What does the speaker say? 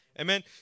Amen